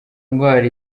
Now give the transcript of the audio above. ndwara